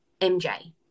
MJ